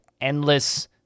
Endless